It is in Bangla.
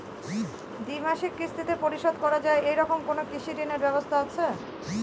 দ্বিমাসিক কিস্তিতে পরিশোধ করা য়ায় এরকম কোনো কৃষি ঋণের ব্যবস্থা আছে?